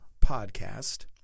podcast